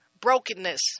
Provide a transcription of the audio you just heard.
brokenness